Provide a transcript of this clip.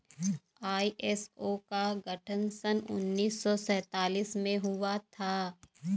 ISO का गठन सन उन्नीस सौ सैंतालीस में हुआ था